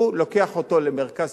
הוא לוקח אותו למרכז